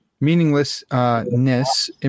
meaninglessness